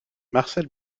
marcel